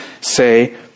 say